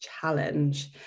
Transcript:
challenge